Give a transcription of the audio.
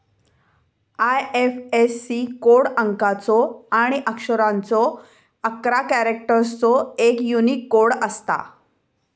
IFSC code अंकाचो आणि अक्षरांचो अकरा कॅरेक्टर्सचो एक यूनिक कोड असता